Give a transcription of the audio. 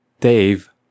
Dave